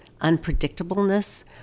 unpredictableness